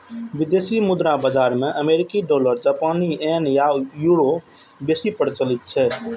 विदेशी मुद्रा बाजार मे अमेरिकी डॉलर, जापानी येन आ यूरो बेसी प्रचलित छै